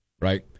right